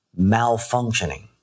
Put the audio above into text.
malfunctioning